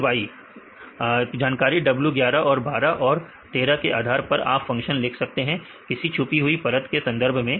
फिर y जानकारी w11 और 12 और 13 के आधार पर आप फंक्शन लिख सकते हैं किसी छुपी हुई परत के संदर्भ में